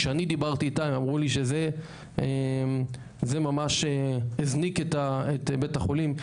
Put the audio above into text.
כשאני דיברתי איתם הם אמרו לי שזה ממש הזניק את בית החולים,